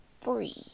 free